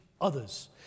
others